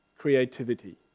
Creativity